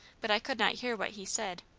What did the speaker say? but i could not hear what he said.